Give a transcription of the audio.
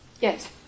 Yes